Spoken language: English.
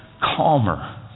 calmer